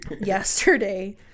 Yesterday